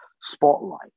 spotlight